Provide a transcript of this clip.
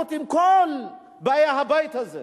בהידברות עם כל באי הבית הזה.